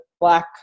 black